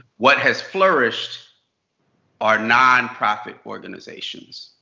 what has flourished are non-profit organizations.